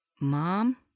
Mom